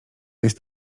jest